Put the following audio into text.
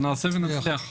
שנעשה ונצליח.